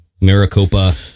Maricopa